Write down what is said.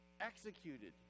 executed